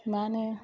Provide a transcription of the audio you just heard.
मा होनो